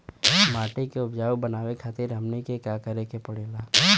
माटी के उपजाऊ बनावे खातिर हमनी के का करें के पढ़ेला?